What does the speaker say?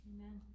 Amen